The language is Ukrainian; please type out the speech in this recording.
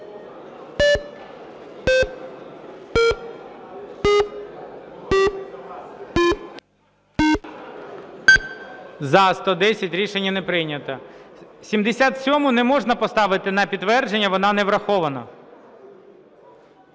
За-110 Рішення не прийнято. 77-у не можна поставити на підтвердження, вона не врахована.